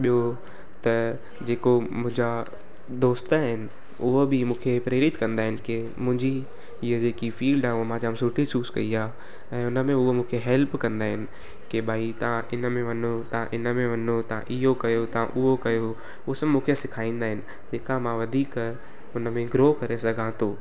ॿियो त जेको मुंहिंजा दोस्त आहिनि उहा बि मूंखे प्रेरित कंदा आहिनि की मुंहिंजी इहा जेकी फील्ड आहे उहो मां जाम सुठी चूज़ कई आहे ऐं हुन में उहो मूंखे हैल्प कंदा आहिनि की भाई तव्हां इन में वञो तव्हां इन में वञो तव्हां इहो कयो तव्हां उहो कयो उहा सभु मूंखे सिखाईंदा आहिनि जेका मां वधीक हुन में ग्रो करे सघां थो